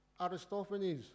Aristophanes